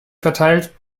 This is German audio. verteilt